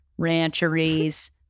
rancheries